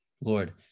Lord